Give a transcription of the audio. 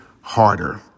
Harder